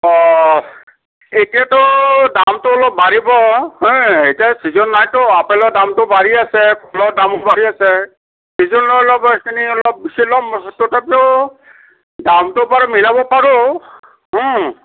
অঁ এতিয়াটো দামটো অলপ বাঢ়িব এতিয়া ছিজন নাইটো আপেলৰ দামটো বাঢ়ি আছে কলৰ দামটো বাঢ়ি আছে ছিজন লৈ লৈ এইখিনি অলপ তথাপিও দামটো বাৰু মিলাব পাৰোঁ